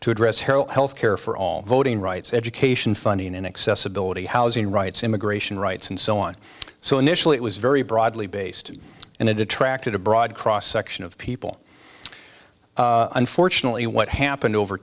to address how health care for all voting rights education funding and accessibility housing rights immigration rights and so on so initially it was very broadly based and it attracted a broad cross section of people unfortunately what happened over